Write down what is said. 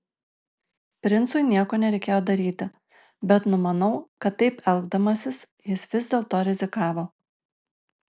princui nieko nereikėjo daryti bet numanau kad taip elgdamasis jis vis dėlto rizikavo